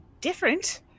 different